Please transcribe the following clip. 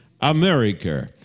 America